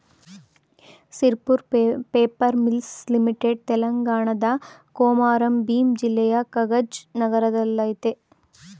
Sirpur paper mills limited ತೆಲಂಗಾಣದ ಕೊಮಾರಂ ಭೀಮ್ ಜಿಲ್ಲೆಯ ಕಗಜ್ ನಗರದಲ್ಲಯ್ತೆ